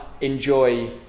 enjoy